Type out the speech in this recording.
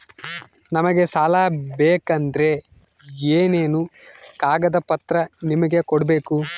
ನಮಗೆ ಸಾಲ ಬೇಕಂದ್ರೆ ಏನೇನು ಕಾಗದ ಪತ್ರ ನಿಮಗೆ ಕೊಡ್ಬೇಕು?